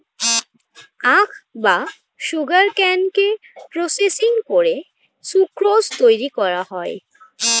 আখ বা সুগারকেনকে প্রসেসিং করে সুক্রোজ তৈরি করা হয়